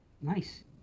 Nice